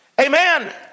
amen